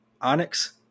Onyx